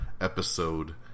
Episode